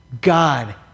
God